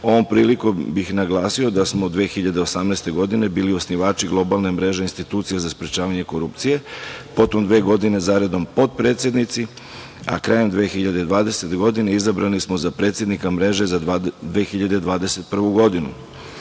Ovom prilikom bih naglasio da smo 2018. godine bili osnivači Globalne mreže institucija za sprečavanje korupcije, potom dve godine zaredom potpredsednici, a krajem 2020. godine izabrani smo za predsednika Mreže za 2021. godinu.